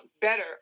better